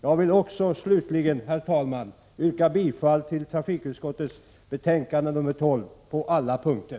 Jag vill också slutligen, herr talman, yrka bifall till trafikutskottets hemställan i betänkande 12 på alla punkter.